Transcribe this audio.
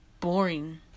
boring